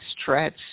stretch